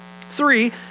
Three